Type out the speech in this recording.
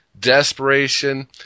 Desperation